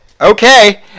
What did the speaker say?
okay